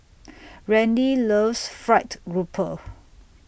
Randy loves Fried Grouper